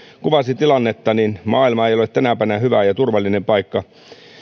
kuvasi tilannetta maailma ei ole tänä päivänä hyvä ja turvallinen paikka